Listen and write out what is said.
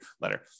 letter